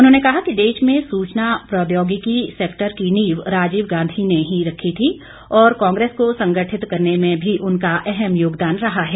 उन्होंने कहा कि देश में सूचना प्रौद्योगिकी सेक्टर की नींव राजीव गांधी ने ही रखी थी और कांग्रेस को संगठित करने में भी उनका अहम् योगदान रहा है